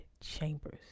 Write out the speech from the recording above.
chambers